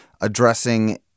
addressing